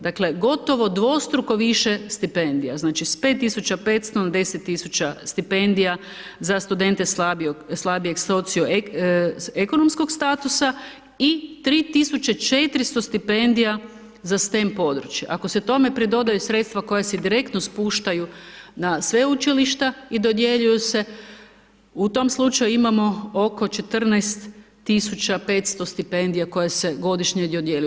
Dakle, gotovo dvostruko više stipendija, znači s 5.500 na 10.000 stipendija za studente slabijeg socioekonomskog statusa i 3.400 stipendija za stem područja, ako se tome pridodaju sredstva koja se direktno spuštaju na sveučilišta i dodjeljuju se, u tom slučaju imamo oko 14.500 stipendija koje se godišnje dodjeljuju.